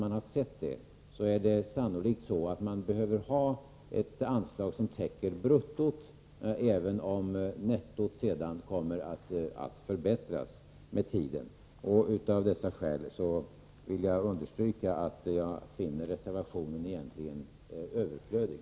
Också efter det att vi har sett dessa effekter behöver vi sannolikt ha ett anslag som täcker bruttot, även om nettot sedan kommer att förbättras med tiden. Av dessa skäl vill jag understryka att jag finner reservationen överflödig.